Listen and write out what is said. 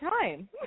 time